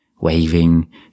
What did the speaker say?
waving